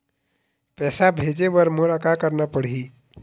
पैसा भेजे बर मोला का करना पड़ही?